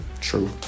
True